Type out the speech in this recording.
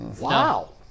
Wow